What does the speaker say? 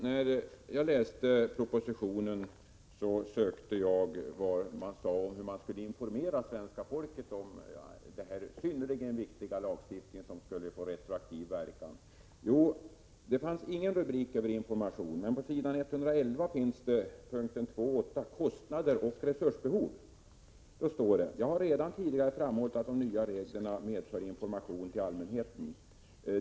När jag läste propositionen sökte jag efter var det sades något om hur man skulle informera svenska folket om denna synnerligen viktiga lagstiftning, som skulle få retroaktiv verkan. Det fanns ingen rubrik om information men på s. 111 finns punkten 2.8, Kostnader och resursbehov, och där står: ”Jag har redan tidigare framhållit att de nya reglerna medför ett behov av information till allmänheten.